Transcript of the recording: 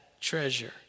treasure